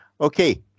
okay